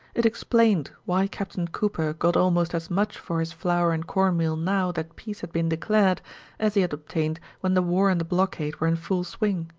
it explained why captain cooper got almost as much for his flour and corn meal now that peace had been declared as he had obtained when the war and the blockade were in full swing.